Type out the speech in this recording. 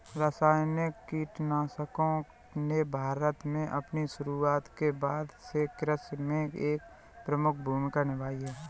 रासायनिक कीटनाशकों ने भारत में अपनी शुरूआत के बाद से कृषि में एक प्रमुख भूमिका निभाई है